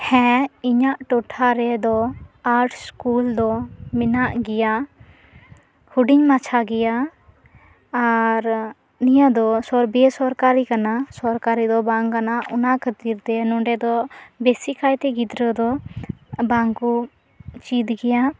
ᱦᱮᱸ ᱤᱧᱟᱹᱜ ᱴᱚᱴᱷᱟ ᱨᱮᱫᱚ ᱟᱴᱥ ᱤᱥᱠᱩᱞ ᱫᱚ ᱢᱮᱱᱟᱜ ᱜᱮᱭᱟ ᱦᱩᱰᱤᱧ ᱢᱟᱪᱷᱟ ᱜᱮᱭᱟ ᱟᱨ ᱱᱤᱭᱟᱹ ᱫᱚ ᱥᱚᱨ ᱵᱮᱥᱚᱨᱠᱟᱨᱤ ᱠᱟᱱᱟ ᱥᱚᱨᱠᱟᱨᱤ ᱫᱚ ᱵᱟᱝ ᱠᱟᱱᱟ ᱚᱱᱟ ᱠᱷᱟᱹᱛᱤᱨ ᱛᱮ ᱱᱚᱰᱮ ᱫᱚ ᱵᱮᱥᱤ ᱠᱟᱭᱛᱮ ᱜᱤᱫᱽᱨᱟᱹ ᱫᱚ ᱵᱟᱝᱠᱚ ᱪᱤᱫ ᱜᱮᱭᱟ